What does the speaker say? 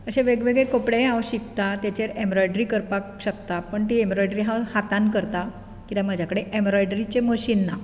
अशे वेग वेगळे कपडेय हांव शिकता तेचेर एम्बरोय्ड्री करपाक शकता पूण ती एम्बरोय्ड्री हांव हातांत करतां कित्याक म्हजे कडे एम्बरोय्ड्रीचें मशीन ना